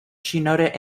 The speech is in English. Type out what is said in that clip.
shinoda